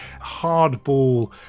hardball